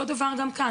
אותו הדבר גם כאן,